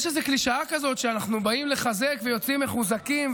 יש איזה קלישאה כזאת שאנחנו באים לחזק ויוצאים מחוזקים,